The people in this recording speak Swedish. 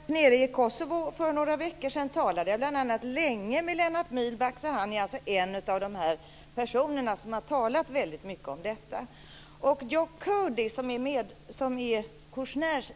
Herr talman! Vid ett besök i Kosovo för några veckor sedan talade jag bl.a. länge med Lennart Myhlback. Han är en av de personer som har talat mycket om detta. Jock Covey som är Kouchners